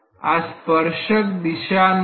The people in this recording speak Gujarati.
આ સ્પર્શક દિશા નથી